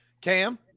Cam